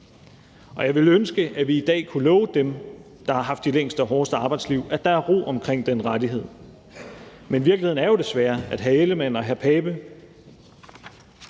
og jeg ville ønske, at vi i dag kunne love dem, der har haft de længste og hårdeste arbejdsliv, at der var ro omkring den rettighed, men virkeligheden er jo desværre, at hr. Jakob